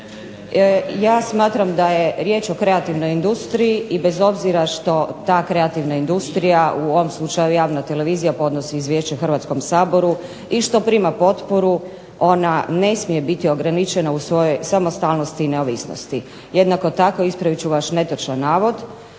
Ja smatram da je riječ o kreativnoj industriji i bez obzira što ta kreativna industrija u ovom slučaju javna televizija podnosi izvješće Hrvatskom saboru i što prima potporu ona ne smije biti ograničena u svojoj samostalnosti i neovisnosti. Jednako tako ispravit ću vaš netočan navod.